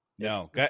No